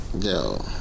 yo